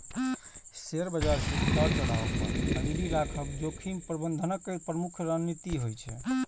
share बाजार के उतार चढ़ाव पर नजरि राखब जोखिम प्रबंधनक प्रमुख रणनीति होइ छै